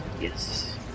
Yes